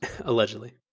allegedly